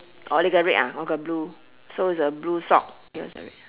oh lei go red ah o go blue so it's a blue sock yours the red